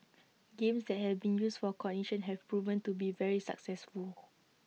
games that have been used for cognition have proven to be very successful